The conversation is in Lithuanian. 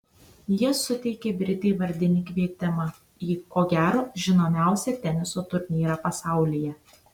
jie suteikė britei vardinį kvietimą į ko gero žinomiausią teniso turnyrą pasaulyje